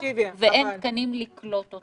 ואין תקנים לקלוט אותם.